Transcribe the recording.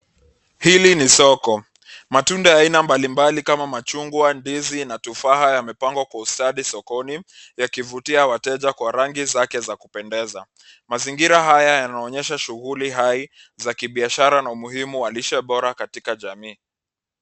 Hili ni soko. Matunda ya aina mbalimbali kama machungwa, ndizi na tufaha yamepangwa kwa ustadi sokoni, yakivutia wateja kwa rangi zake za kupendeza. Mazingira haya yanaonyesha shughuli hai za kibiashara na umuhimu wa lishe bora katika jamii.